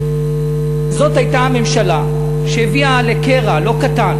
זאת הייתה הממשלה שהביאה לקרע לא קטן